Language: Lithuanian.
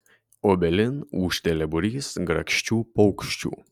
obelin ūžtelia būrys grakščių paukščių